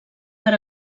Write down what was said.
per